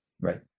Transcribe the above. right